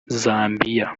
zambiya